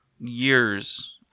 years